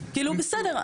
כאילו, בסדר.